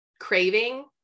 craving